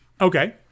Okay